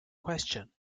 question